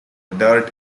dirt